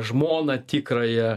žmoną tikrąją